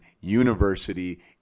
university